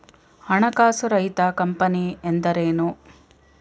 ಹಣಕಾಸು ರಹಿತ ಕಂಪನಿ ಎಂದರೇನು?